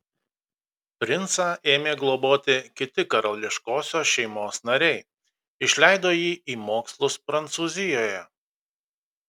princą ėmė globoti kiti karališkosios šeimos nariai išleido jį į mokslus prancūzijoje